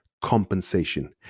compensation